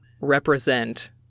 represent